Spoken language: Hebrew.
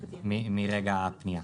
מרגע הפנייה.